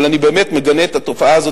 אבל אני באמת מגנה את התופעה הזאת,